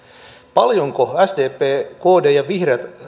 paljonko sdp kd ja vihreät